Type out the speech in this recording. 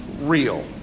real